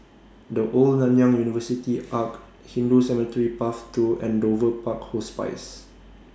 The Old Nanyang University Arch Hindu Cemetery Path two and Dover Park Hospice